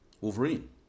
Wolverine